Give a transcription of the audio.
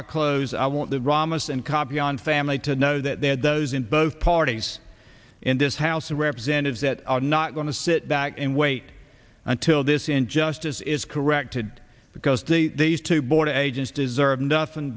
our close i want the ramos and copy and family to know that there are those in both parties in this house of representatives that are not going to sit back and wait until this injustice is corrected because the days to board agents deserve nothing